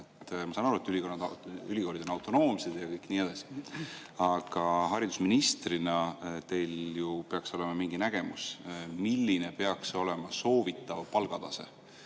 Ma saan aru, et ülikoolid on autonoomsed ja nii edasi. Aga haridusministrina peaks teil ju olema mingi nägemus, milline peaks olema soovitav palgatase,